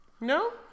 No